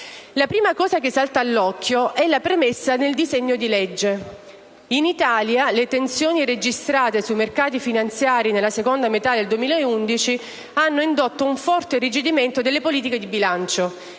La prima cosa che salta all'occhio è la premessa nel disegno di legge: «In Italia le tensioni registrate sui mercati finanziari nella seconda metà del 2011 hanno indotto una forte irrigidimento delle politiche di bilancio,